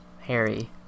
Harry